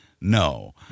no